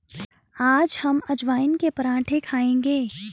आज हम अजवाइन के पराठे खाएंगे